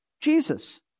Jesus